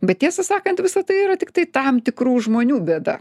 bet tiesą sakant visa tai yra tiktai tam tikrų žmonių bėda